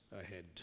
ahead